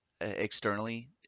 externally